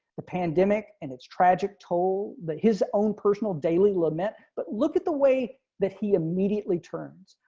the pandemic and it's tragic toll that his own personal daily limit. but look at the way that he immediately turns